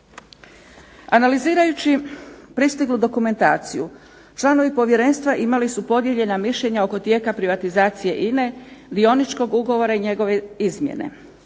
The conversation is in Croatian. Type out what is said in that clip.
Analizirajući pristiglu dokumentaciju članovi povjerenstva imali su podijeljena mišljenja oko tijeka privatizacije INA-e dioničkog ugovora i njegove izmjene.